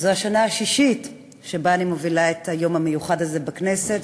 זו השנה השישית שאני מובילה את היום המיוחד הזה בכנסת,